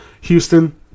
Houston